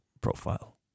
profile